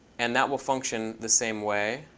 and that will function the same way.